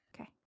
Okay